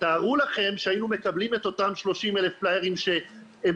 תארו לכם שהיינו מקבלים את אותם 30,000 פליירים שהם